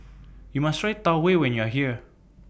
YOU must Try Tau Huay when YOU Are here